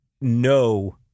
no